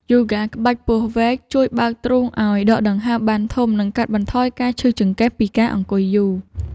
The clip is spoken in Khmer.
យូហ្គាក្បាច់ពស់វែក ជួយបើកទ្រូងឱ្យដកដង្ហើមបានធំ និងកាត់បន្ថយការឈឺចង្កេះពីការអង្គុយយូរ។